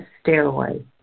stairway